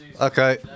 Okay